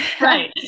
right